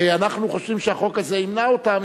ואנחנו חושבים שהחוק הזה ימנע אותן,